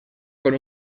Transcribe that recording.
con